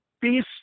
peace